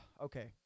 okay